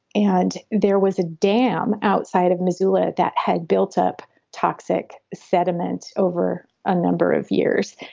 and there was a dam outside of missoula that had built up toxic sediment over a number of years.